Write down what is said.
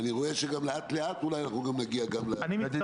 ואני רואה שלאט לאט אולי גם נגיע --- פעם